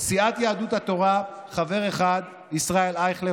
לסיעת יהדות התורה חבר אחד: ישראל אייכלר,